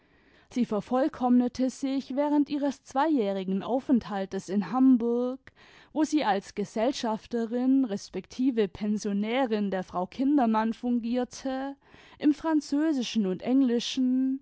sie vervollkommnete sich während ihres zweijährigen aufenthaltes in hamburg wo sie als gesellschafterin resp pensionärin der frau kindermann fungierte im französischen und englischen